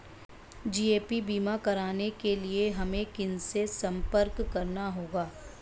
GAP बीमा कराने के लिए हमें किनसे संपर्क करना होगा?